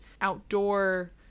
outdoor